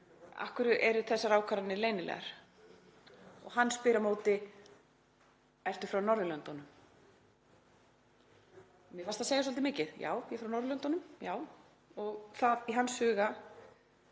Af hverju eru þessar ákvarðanir leynilegar? Og hann spyr á móti: Ertu frá Norðurlöndunum? Mér fannst það segja svolítið mikið. Já, ég er frá Norðurlöndunum. Ástæðan fyrir